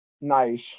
nice